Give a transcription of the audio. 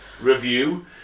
review